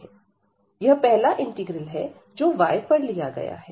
यह पहला इंटीग्रल है जो y पर लिया गया है